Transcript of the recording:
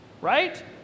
right